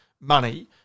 money